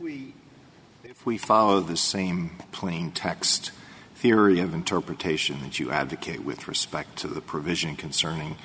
if we follow the same plaintext theory of interpretation as you advocate with respect to the provision concerning